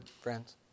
friends